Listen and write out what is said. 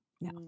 no